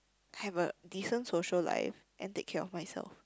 have a decent social life and take care of myself